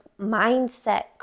mindset